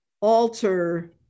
alter